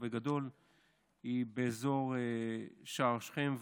היא באזור שער שכם,